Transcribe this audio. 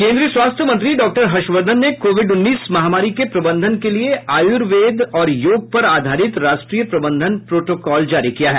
केन्द्रीय स्वास्थ्य मंत्री डॉक्टर हर्षवर्धन ने कोविड उन्नीस महामारी के प्रबंधन के लिए आयुर्वेद और योग पर आधारित राष्ट्रीय प्रबंधन प्रोटोकॉल जारी किया है